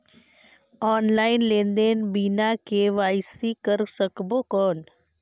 Online लेनदेन बिना KYC कर सकबो कौन??